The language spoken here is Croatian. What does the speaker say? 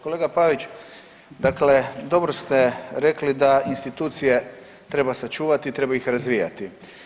Kolega Pavić, dakle dobro ste rekli da institucije treba sačuvati i treba ih razvijati.